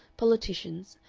politicians,